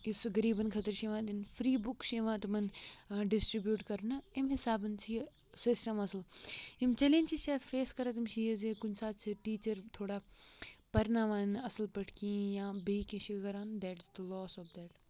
یُس سُہ غریبن خٲطرٕ چھُ یوان دِنہٕ فری بُکس چھِ یوان تِمن ڈسٹرِبیوٹ کَرنہٕ اَمہِ حساب چھُ یہِ سِسٹم اصل یِم چیلینجس چھِ اتھ فیس کَران تِم چھِ یہِ زِ کُنہ ساتہٕ چھِ ٹیچر تھوڑا پرناوان نہٕ اصل پٲٹھۍ کِہینۍ یا بیٚیہِ کینہہ چھِ کران that is the loss of that